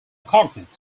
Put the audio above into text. cognates